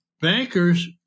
Bankers